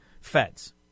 feds